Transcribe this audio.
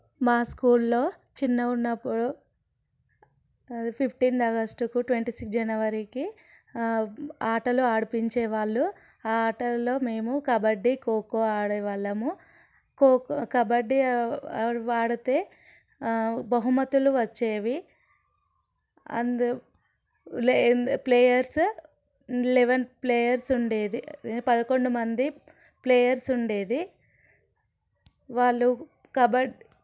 మా స్కూల్లో చిన్నగా ఉన్నప్పుడు ఫిఫ్టీన్త్ ఆగస్టు ట్వంటీ సిక్స్ జనవరికి ఆటలు ఆడిపించే వాళ్ళు ఆ ఆటల్లో మేము కబడ్డీ ఖోఖో ఆడేవాళ్ళము ఖోఖో కబడ్డీ అవి ఆడితే బహుమతులు వచ్చేవి అండ్ లే ప్లేయర్సు లెవన్ ప్లేయర్స్ ఉండేది పదకొండు మంది ప్లేయర్స్ ఉండేది వాళ్ళు కబడ్డీ